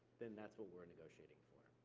then that's what we're negotiating for.